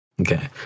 okay